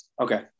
Okay